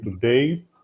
today